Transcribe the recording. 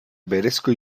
berezko